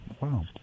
Wow